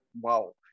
wow